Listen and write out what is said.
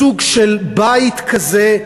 סוג של בית כזה,